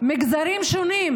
מגזרים שונים